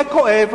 זה כואב,